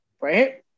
right